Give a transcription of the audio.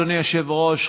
אדוני היושב-ראש,